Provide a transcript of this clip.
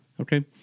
Okay